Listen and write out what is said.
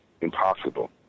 impossible